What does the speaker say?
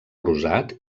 rosat